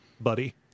buddy